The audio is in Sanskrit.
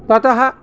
ततः